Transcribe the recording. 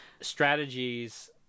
strategies